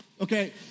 Okay